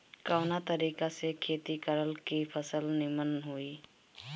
कवना तरीका से खेती करल की फसल नीमन होई?